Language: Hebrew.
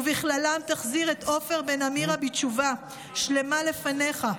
ובכללם תחזיר את עופר בן אמירה בתשובה שלמה לפניך.